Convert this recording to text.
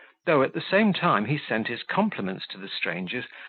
though at the same time he sent his compliments to the strangers,